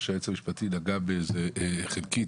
שהיועץ המשפטי נגע בזה חלקית,